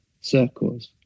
circles